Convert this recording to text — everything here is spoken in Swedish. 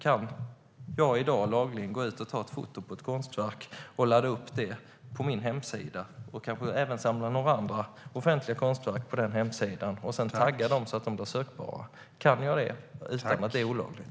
Kan jag i dag lagligen gå ut och ta ett foto på ett konstverk och ladda upp det på min hemsida, och kanske även samla några andra offentliga konstverk på den hemsidan, och sedan tagga dem så att de blir sökbara? Kan jag det utan att det är olagligt?